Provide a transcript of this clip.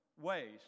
ways